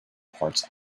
parts